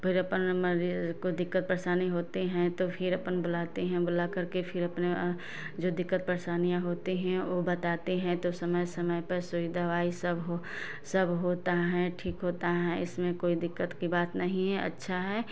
फिर अपन मरीज को दिक्कत परेशानी होती है तो फिर अपन बोलाती हैं बोला कर फिर अपने जो दिक्कत परेशानी होती है वो बताते हैं तो समय समय पर सुई दवाई सब हो सब होता है ठीक होता है इसमें कोई दिक्कत की बात नहीं है अच्छा है